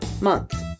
month